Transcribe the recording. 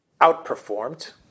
outperformed